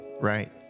right